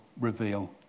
reveal